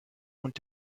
und